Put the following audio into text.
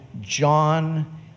John